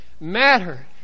matter